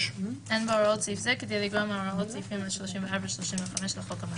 (5)אין בהוראות סעיף זה כדי לגרוע מהוראות סעיפים 34 ו-35 לחוק המעצרים.